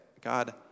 God